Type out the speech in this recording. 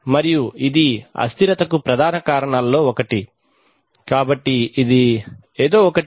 మరియు ఇది అస్థిరతకు ప్రధాన కారణాలలో ఇది ఒకటి కాబట్టి ఇది ఏదో ఒకటి